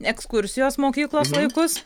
ekskursijos mokyklos laikus